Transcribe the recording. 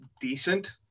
decent